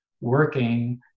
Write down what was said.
working